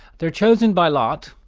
they're chosen by lot,